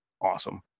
awesome